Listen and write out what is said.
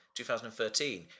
2013